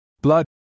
Blood